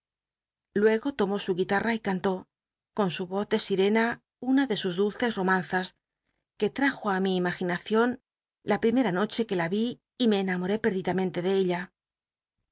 luego tomó su guitarm y ca riló con su voz de siacna una de sus dulces romanzas que trajo á mi imaginación la primera noche que la y me cnamoaé perdidamente de ella